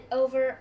over